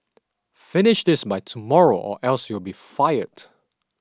finish this by tomorrow or else you'll be fired